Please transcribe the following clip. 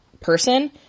person